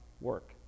work